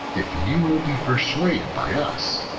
if you will be persuaded by us,